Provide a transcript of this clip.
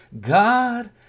God